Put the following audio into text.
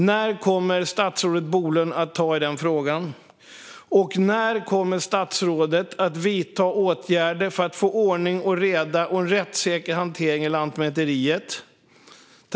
När kommer statsrådet Bolund att ta tag i denna fråga, och när kommer statsrådet att vidta åtgärder för att få ordning och reda och en rättssäker hantering i Lantmäteriet?